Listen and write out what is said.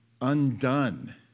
undone